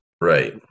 right